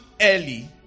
early